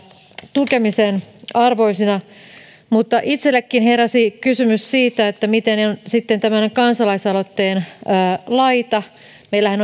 tukemisen arvoisina mutta itsellänikin heräsi kysymys siitä miten on sitten tämän kansalaisaloitteen laita meillähän